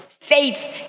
faith